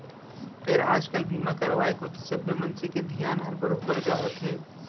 फेर आज काल बीमा करवाय कोती सबे मनसे के धियान हर बरोबर जावत हे